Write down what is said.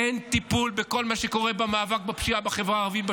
אין טיפול בכל מה שקורה במאבק בפשיעה בחברה הערבית,